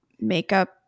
makeup